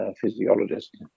physiologist